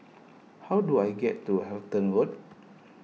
how do I get to Halton Road